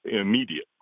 immediate